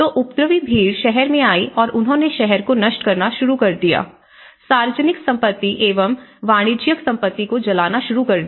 तो उपद्रवी भीड़ शहर में आई और उन्होंने शहर को नष्ट करना शुरू कर दिया सार्वजनिक संपत्ति एवं वाणिज्यिक संपत्ति को जलाना शुरु कर दिया